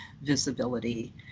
visibility